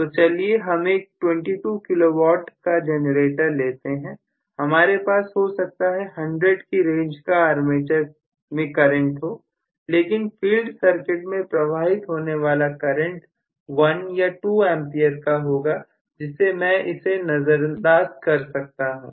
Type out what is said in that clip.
तो चलिए हम एक 22 KW का जनरेटर लेते हैं हमारे पास हो सकता है 100 की रेंज का आर्मेचर में करंट हो लेकिन फील्ड सर्किट में प्रवाहित होने वाला करंट 1 या 2 A का होगा जिसे मैं इसे नजरअंदाज कर सकता हूं